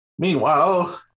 Meanwhile